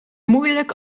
moeilijk